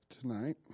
tonight